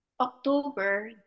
october